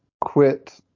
quit